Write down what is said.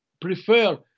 prefer